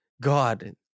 God